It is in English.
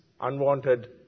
unwanted